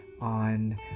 on